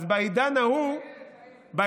אז בעידן ההוא, לאילת.